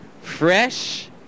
fresh